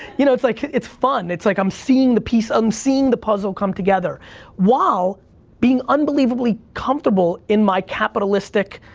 you know it's like it's fun. it's like, i'm seeing the piece, i'm seeing the puzzle come together while being unbelievable comfortable in my capitalistic,